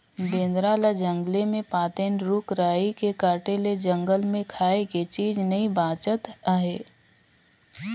बेंदरा ल जंगले मे पातेन, रूख राई के काटे ले जंगल मे खाए के चीज नइ बाचत आहे